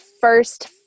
first